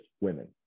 women